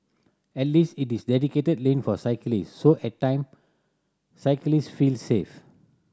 at least it is dedicated lane for cyclist so at time cyclist feel safe